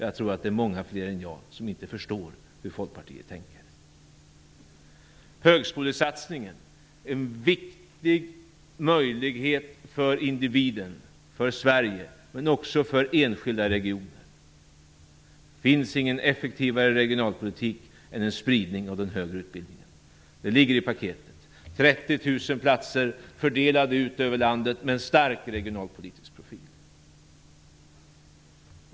Jag tror att det är många fler än jag som inte förstår hur Folkpartiet tänker. Högskolesatsningen är en viktig möjlighet för individen, för Sverige, men också för enskilda regioner. Det finns ingen effektivare regionalpolitik än en spridning av den högre utbildningen. Det ligger i paketet - 30 000 platser fördelade ut över landet med en stark regionalpolitisk profil.